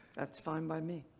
that's fine by me.